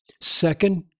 Second